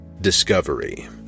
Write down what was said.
Discovery